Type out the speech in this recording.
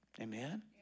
Amen